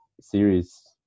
series